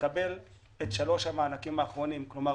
לקבל את שלוש המענקים האחרונים - כלומר,